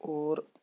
اور